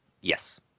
yes